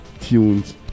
tunes